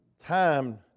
Time